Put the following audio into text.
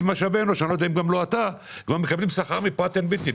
משאבי אנוש מקבלים שכר מפראט אנד ויטני,